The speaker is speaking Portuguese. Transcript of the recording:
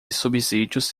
subsídios